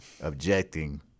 objecting